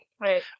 Right